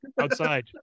outside